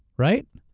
right?